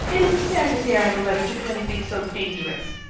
it isn't fair to dare anybody to do anything so dangerous.